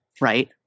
right